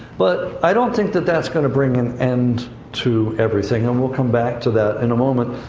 but i don't think that that's going to bring an end to everything. and we'll come back to that, in a moment.